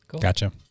Gotcha